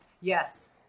Yes